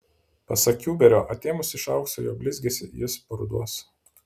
pasak kiuberio atėmus iš aukso jo blizgesį jis paruduos